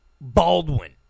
Baldwin